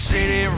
City